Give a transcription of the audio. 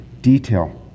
detail